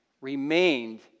remained